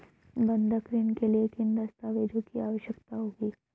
बंधक ऋण के लिए किन दस्तावेज़ों की आवश्यकता होगी?